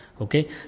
okay